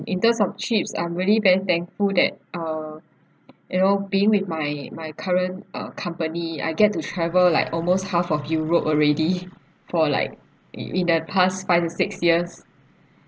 in terms of trips I'm really damn thankful that uh you know being with my my current ah company I get to travel like almost half of europe already for like in in the past five to six years